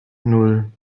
nan